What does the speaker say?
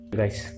guys